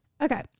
Okay